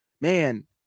man